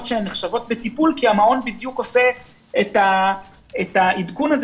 שנחשבות בטיפול כי המעון בדיוק עושה את העדכון הזה